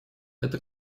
это